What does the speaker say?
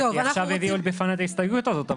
כי עכשיו הביאו בפניי את ההסתייגות הזאת,